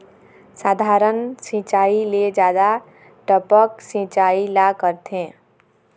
साधारण सिचायी ले जादा टपक सिचायी ला करथे